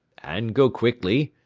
and go quickly,